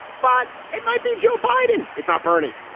but it might be joe biden. it's not, bernie.